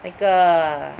那个